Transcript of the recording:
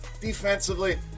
defensively